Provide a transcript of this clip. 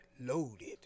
loaded